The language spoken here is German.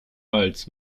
als